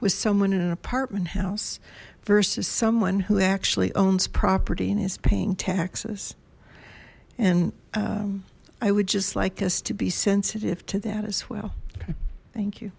with someone in an apartment house versus someone who actually owns property and is paying taxes and i would just like us to be sensitive to that as well thank you